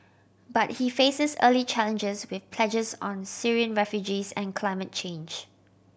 but he faces early challenges with pledges on Syrian refugees and climate change